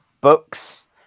books